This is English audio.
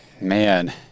Man